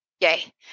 Yay